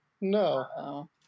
No